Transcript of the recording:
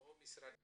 או משרד הקליטה,